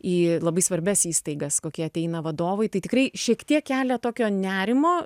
į labai svarbias įstaigas kokie ateina vadovai tai tikrai šiek tiek kelia tokio nerimo